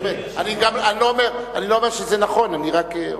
זאת אומרת, אני לא אומר שזה נכון, אני רק אומר.